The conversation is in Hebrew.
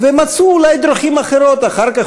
ומצאו אולי דרכים אחרות אחר כך,